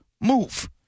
move